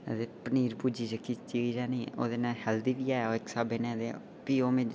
पनीर भुर्जी जेह्की चीज ऐ नीं ओह्दे ने हैल्दी बी ऐ इक स्हाबै नै